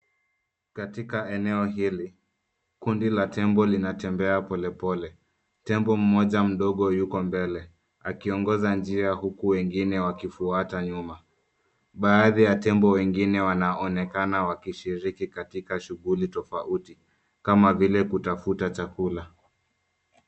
Katika eneo hili kundi la tembo linatembea polepole. Tembo mmoja mdogo yuko mbele akiongoza njia huku wengine wakifuata nyuma. Baadhi ya tembo wengine wanaonekana wakishiriki katika shughuli tofauti kama vile kutafuta chakula.